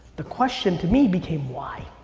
the question to me became why.